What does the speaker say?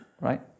Right